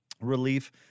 relief